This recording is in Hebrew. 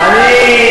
אני,